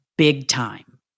big-time